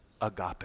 agape